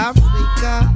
Africa